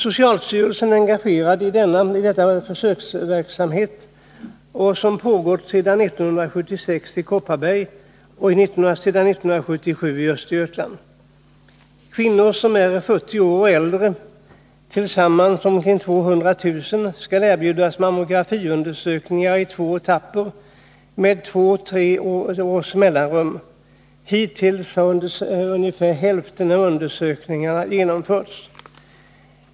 Socialstyrelsen är engagerad i denna försöksverksamhet, som pågått sedan 1976 i Kopparbergs län och sedan 1977 i Östergötlands län. Kvinnor som är 40 år och äldre — tillsammans omkring 200 000 — skall erbjudas mammografiundersökningar i två etapper med två tre års mellanrum. Hittills har ungefär hälften av undersökningarna genomförts.